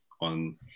on